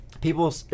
people